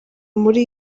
muri